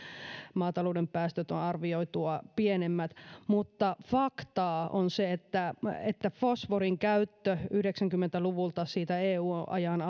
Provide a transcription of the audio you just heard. maatalouden päästöt ovat arvioitua pienemmät mutta faktaa on se että fosforin käyttö yhdeksänkymmentä luvulta siitä eu ajan